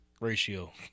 ratio